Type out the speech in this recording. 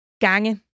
Gange